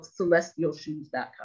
celestialshoes.com